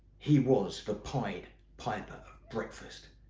he was the pied piper of breakfast.